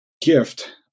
gift